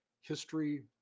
history